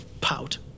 pout